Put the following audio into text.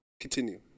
Continue